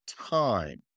time